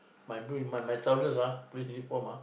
my boots my my trousers ah police uniform ah